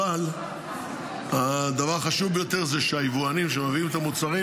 אבל הדבר החשוב ביותר זה שהיבואנים שמביאים את המוצרים